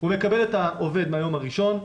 הוא מקבל את העובד מהיום הראשון.